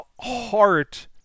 heart